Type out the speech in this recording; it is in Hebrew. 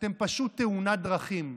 אתם פשוט תאונת דרכים.